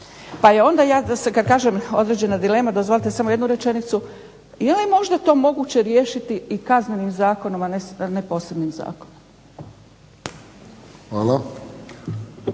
pa je onda samo da kažem, određena dilema, dozvolite samo jednu rečenicu. Jeli možda to moguće riješiti i Kaznenim zakonom a ne posebnim zakonom?